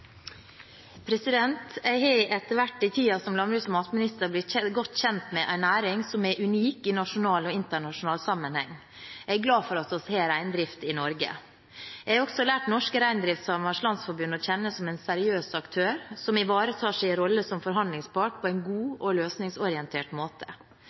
Jeg har etter hvert, i tiden som landbruks- og matminister, blitt godt kjent med en næring som er unik i nasjonal og internasjonal sammenheng. Jeg er glad for at vi har reindrift i Norge. Jeg har også lært Norske Reindriftssamers Landsforbund å kjenne som en seriøs aktør, som ivaretar sin rolle som forhandlingspart på en god og løsningsorientert måte.